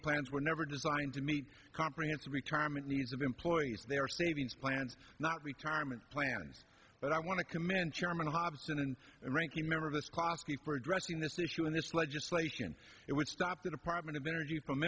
plans were never designed to meet comprehensive retirement needs of employees their savings plans not retirement plans but i want to commend chairman hobson and ranking member of this coffee for addressing this issue in this legislation it would stop the department of energy from